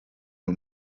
nhw